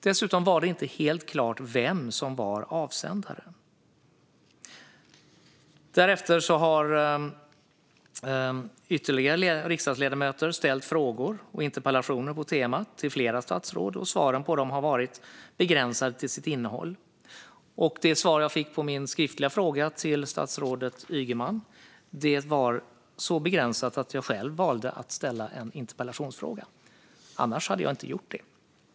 Dessutom var det inte helt klart vem som var avsändare. Därefter har ytterligare riksdagsledamöter ställt frågor och interpellationer på temat till flera statsråd. Svaren har varit begränsade till sitt innehåll. Det svar jag fick på min skriftliga fråga till statsrådet Ygeman var så begränsat att jag valde att också ställa en interpellation. Annars hade jag inte gjort det.